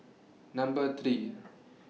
Number three